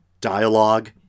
dialogue